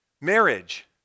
Marriage